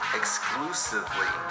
exclusively